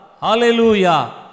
Hallelujah